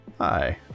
Hi